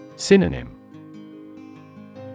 Synonym